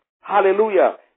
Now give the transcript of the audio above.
hallelujah